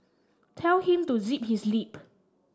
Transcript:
tell him to zip his lip